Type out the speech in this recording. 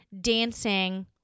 dancing